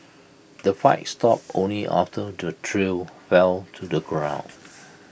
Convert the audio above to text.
the fight stopped only after the trio fell to the ground